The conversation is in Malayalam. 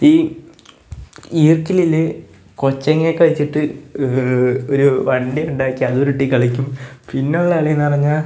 ഈ ഈർക്കിളിയിൽ കൊച്ചങ്ങയൊക്കെ വെച്ചിട്ട് ഒരു വണ്ടിയുണ്ടാക്കി അത് ഉരുട്ടി കളിക്കും പിന്നെയുള്ള കളി എന്ന് പറഞ്ഞാൽ